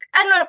ano